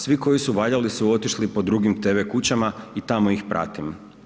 Svi koji su valjali su otišli po drugim tv kućama i tamo ih pratim.